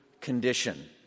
condition